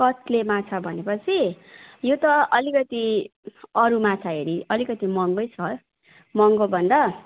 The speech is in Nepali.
कत्ले माछा भनेपछि यो त अलिकति अरू माछा हेरी अलिकति महँगै छ महँगो भन्दा